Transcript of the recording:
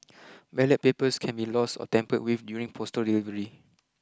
ballot papers can be lost or tampered with during postal delivery